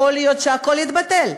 יכול להיות שהכול יתבטל.